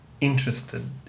interested